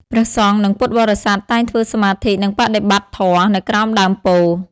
ព្រះសង្ឃ និងពុទ្ធបរិស័ទតែងធ្វើសមាធិ និងបដិបត្តិធម៌នៅក្រោមដើមពោធិ៍។